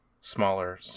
smaller